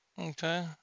Okay